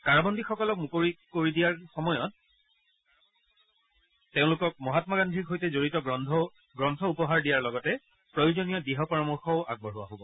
কাৰাবন্দীসকলক মুকলি কৰি দিয়াৰ সময়ত তেওঁলোক মহাম্মা গান্ধীৰ সৈতে জড়িত গ্ৰন্থ উপহাৰ দিয়াৰ লগতে প্ৰয়োজনীয় দিহা পৰামৰ্শও আগবঢ়োৱা হ'ব